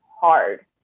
hard